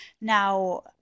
Now